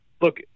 look